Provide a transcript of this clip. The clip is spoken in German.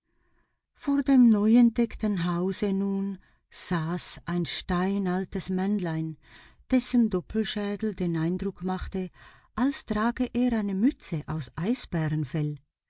vor dem neuentdeckten hause nun saß ein steinaltes männlein dessen doppelschädel den eindruck machte als trage er eine mütze aus